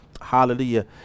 Hallelujah